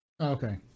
Okay